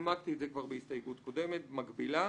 נימקתי את זה כבר בהסתייגות קודמת, מקבילה.